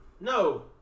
No